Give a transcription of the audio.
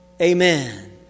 amen